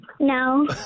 No